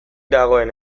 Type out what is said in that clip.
dagoen